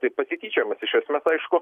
tai pasikeičiamas iš esmės aišku